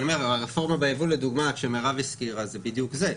הרפורמה בייבוא שמרב הזכירה זה בדיוק זה.